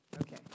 Okay